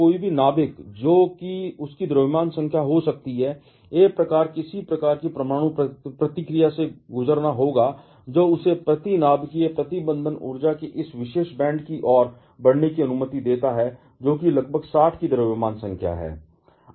कोई भी नाभिक जो कि उसकी द्रव्यमान संख्या हो सकती है एक बार किसी प्रकार की परमाणु प्रतिक्रिया से गुजरना होगा जो उसे प्रति नाभिकीय प्रति बंधन ऊर्जा के इस विशेष बैंड की ओर बढ़ने की अनुमति देता है जो कि लगभग 60 की द्रव्यमान संख्या है